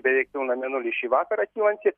beveik pilną mėnulį šį vakarą kylantį